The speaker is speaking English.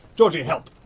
georgie, help.